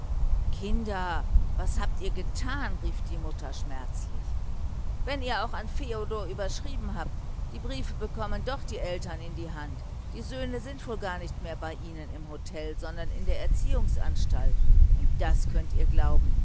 kinder was habt ihr getan rief die mutter schmerzlich wenn ihr auch an feodor adressiert habt die briefe bekommen doch die eltern in die hand die söhne sind wohl gar nicht mehr bei ihnen im hotel sondern in der erziehungsanstalt und das könnt ihr glauben